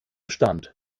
stand